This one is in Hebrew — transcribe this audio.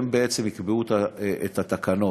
הם בעצם יקבעו את התקנות.